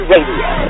Radio